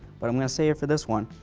but i'm going to say it for this one.